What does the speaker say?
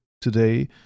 today